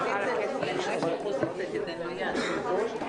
מחדשים את הישיבה.